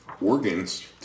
organs